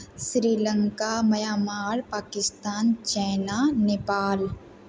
Sri Lanka Myanmar Pakistan China Nepal